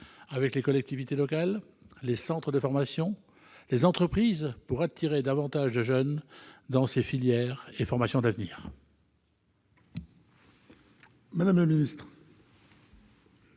avec les collectivités locales, les centres de formation et les entreprises afin d'attirer davantage de jeunes dans ces filières et formations d'avenir. La parole est